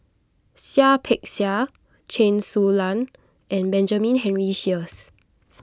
Seah Peck Seah Chen Su Lan and Benjamin Henry Sheares